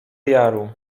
jaru